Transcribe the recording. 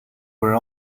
were